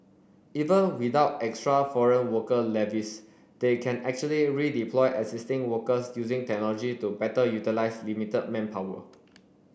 even without extra foreign worker levies they can actually redeploy existing workers using technology to better utilise limited manpower